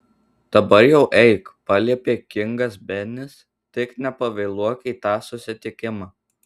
dabar jau eik paliepė kingas benis tik nepavėluok į tą susitikimą